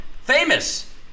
famous